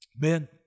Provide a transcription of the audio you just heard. man